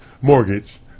mortgage